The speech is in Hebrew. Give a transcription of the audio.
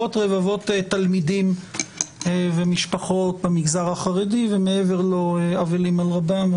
רבבות תלמידים ומשפחות במגזר החרדי ומעבר לו אבלים על רבם.